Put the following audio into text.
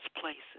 places